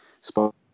spot